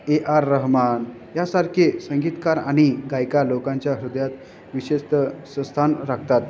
ए R Rahman यासारखे संगीतकार आणि गायिका लोकांच्या हृदयात विशेषतः स्थान राखतात